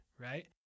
right